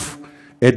בקו"ף,